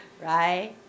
Right